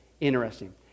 interesting